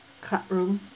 club room